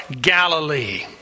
Galilee